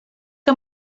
que